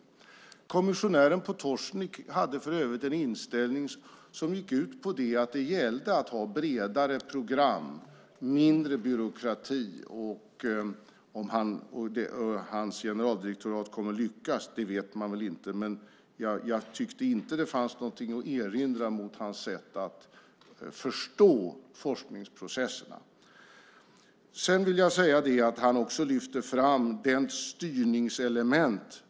Kommissionären Potocnik hade för övrigt en inställning som gick ut på att det gällde att ha bredare program och mindre byråkrati. Om hans generaldirektorat kommer att lyckas vet man väl inte, men jag tyckte inte att det fanns något att erinra mot hans sätt att förstå forskningsprocesserna. Han lyfte också fram styrningselement.